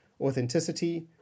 authenticity